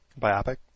biopic